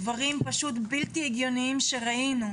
דברים פשוט בלתי הגיוניים שראינו.